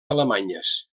alemanyes